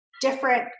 different